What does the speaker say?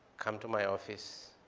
come to my office.